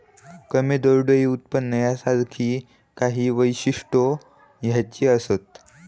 कमी दरडोई उत्पन्न यासारखी काही वैशिष्ट्यो ह्याची असत